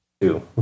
Two